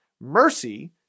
Mercy